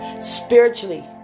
Spiritually